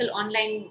online